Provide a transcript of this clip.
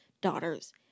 daughter's